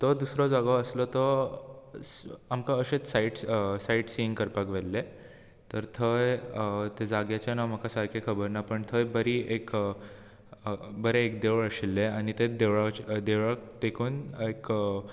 तो दुसरो जागो आसलो तो आमकां अशेंत साइट सायटसिंग करपाक व्हेल्लें तर थंय ते जाग्याचें नांव म्हाका सारकें खबर ना पण थंय बरी एक बरें एक देवूळ आशिल्लें आनी तेत देवळाक देवळाक तेकून एक